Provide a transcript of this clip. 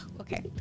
Okay